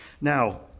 Now